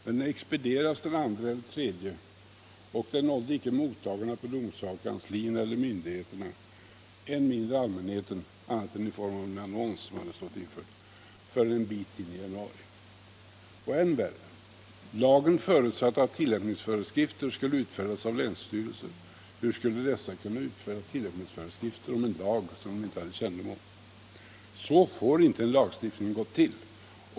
Den expedierades den 2 eller 3 januari, och den nådde icke mottagarna på domsagokanslierna eller myndigheterna och än mindre allmänheten — annat än i form av en annons som hade stått införd i tidningarna — förrän en bit in i januari. Och än värre: Lagen förutsatte att tillämpningsföreskrifter skulle utfärdas av länsstyrelserna. Hur skulle dessa kunna utfärda tillämpningsföreskrifter för en lag som de inte hade kännedom om? Så får inte en lagstiftning gå till.